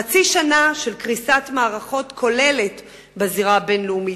חצי שנה של קריסת מערכות כוללת בזירה הבין-לאומית,